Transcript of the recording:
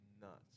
nuts